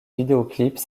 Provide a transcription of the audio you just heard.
vidéoclips